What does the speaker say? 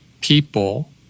people